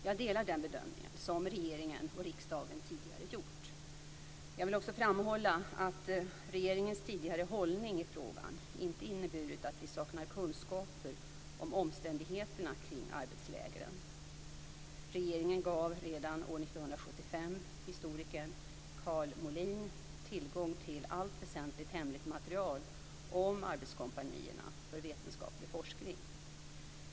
Jag delar den bedömning som regeringen och riksdagen tidigare gjort. Jag vill också framhålla att regeringens tidigare hållning i frågan inte inneburit att vi saknar kunskaper om omständigheterna kring arbetslägren. Regeringen gav redan år 1975 historikern Karl Molin tillgång till allt väsentligt hemligt material om arbetskompanierna för vetenskaplig forskning.